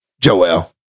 Joel